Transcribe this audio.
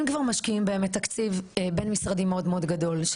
אם כבר משקיעים באמת תקציב בין-משרדי מאוד גדול של